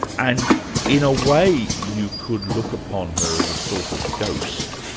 and in a way you could look upon her as a sort of ghost,